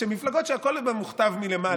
מפלגות שהכול אצלן מוכתב מלמעלה.